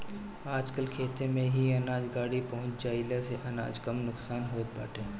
आजकल खेते में ही अनाज गाड़ी पहुँच जईले से अनाज कम नुकसान होत बाटे